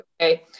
Okay